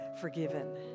forgiven